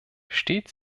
steht